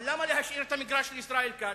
אבל למה להשאיר את המגרש לישראל כץ.